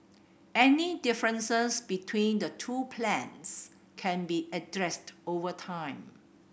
any differences between the two plans can be addressed over time